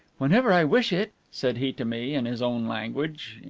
whenever i wish it, said he to me in his own language,